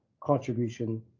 contribution